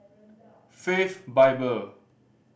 Faith Bible